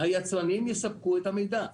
היצרנים יספקו את המידע כי